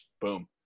Boom